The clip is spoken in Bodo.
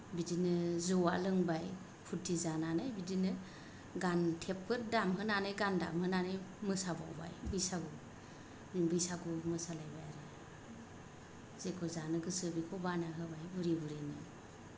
बिदिनो जौआ लोंबाय फुर्ति जानानै बिदिनो गान थेपफोर दामहोनानै गान दामहोनानै मोसाबावबाय बैसागु बैसागु मोसालायबाय आरो जेखौ जानो गोसो बेखौ बानायना होबाय बुरै बुरैनो